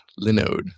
Linode